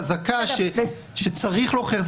חזקה שצריך להוכיח.